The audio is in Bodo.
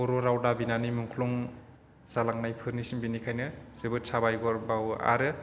बर' राव दाबिनानै मुंख्लं जालांनायफोरनिसिम बिनिखायनो जोबोर साबायखर बाउवो आरो